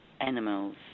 animals